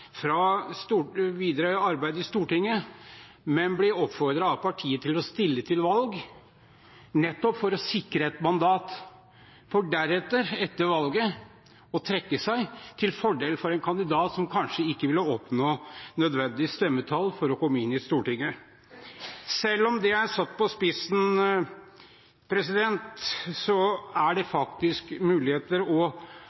fra videre arbeid i Stortinget, men blir oppfordret av partiet til å stille til valg, nettopp for å sikre et mandat, for deretter, etter valget, å trekke seg til fordel for en kandidat som kanskje ikke ville oppnådd nødvendig stemmetall for å komme inn i Stortinget. Selv om det er satt på spissen, er det